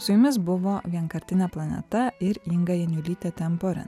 su jumis buvo vienkartinė planeta ir inga janiulytė temporin